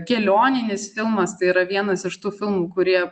kelioninis filmas tai yra vienas iš tų filmų kurie